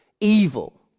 evil